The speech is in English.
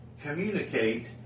communicate